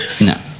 No